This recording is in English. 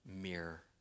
mirror